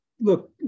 look